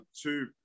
Two